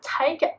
take